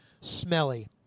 smelly